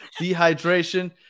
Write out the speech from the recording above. Dehydration